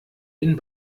den